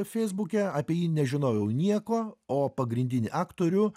feisbuke apie jį nežinojau nieko o pagrindinį aktorių